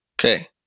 Okay